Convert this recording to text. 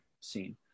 scene